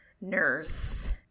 nurse